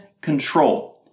control